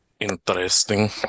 interesting